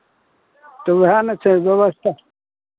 तऽ उएह ने छै व्यवस्था